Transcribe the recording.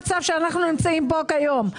זה המצב שאנחנו נמצאים בו כיום.